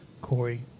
corey